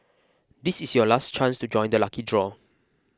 this is your last chance to join the lucky draw